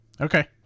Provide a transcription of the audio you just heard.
Okay